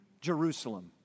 Jerusalem